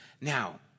Now